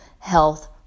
Health